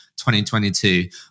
2022